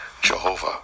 Jehovah